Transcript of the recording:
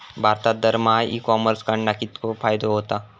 भारतात दरमहा e commerce कडणा कितको फायदो होता?